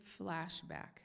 flashback